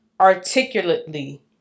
articulately